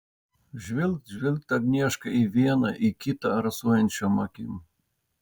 žvilgt žvilgt agnieška į vieną į kitą rasojančiom akim